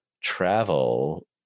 travel –